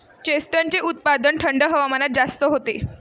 चेस्टनटचे उत्पादन थंड हवामानात जास्त होते